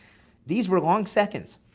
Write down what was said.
these were long seconds.